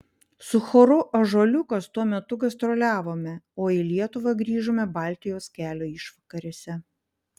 su choru ąžuoliukas tuo metu gastroliavome o į lietuvą grįžome baltijos kelio išvakarėse